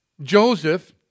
Joseph